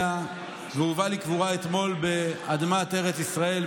והובא לקבורה אתמול באדמת ארץ ישראל,